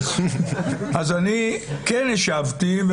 אז אני כן השבתי,